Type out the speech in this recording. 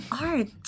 art